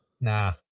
Nah